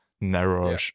narrow